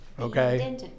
okay